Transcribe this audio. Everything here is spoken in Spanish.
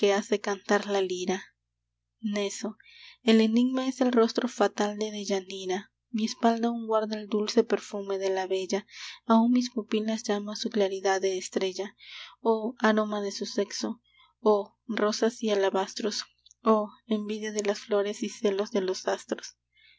hace cantar la lira neso el enigma es el rostro fatal de deyanira mi espalda aun guarda el dulce perfume de la bella aun mis pupilas llama su claridad de estrella oh aroma de su sexo oh rosas y alabastros oh envidia de las flores y celos de los astros